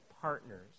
partners